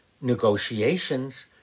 negotiations